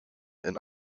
and